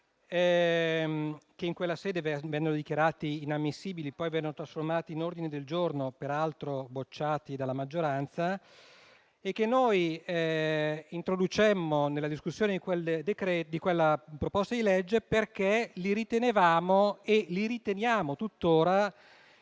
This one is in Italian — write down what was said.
tali emendamenti vennero dichiarati inammissibili e poi vennero trasformati in ordini del giorno, peraltro bocciati dalla maggioranza. Li introducemmo nella discussione di quel decreto-legge perché li ritenevamo e li riteniamo tuttora